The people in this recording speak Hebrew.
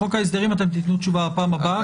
על חוק ההסדרים תתנו תשובה בפעם הבאה,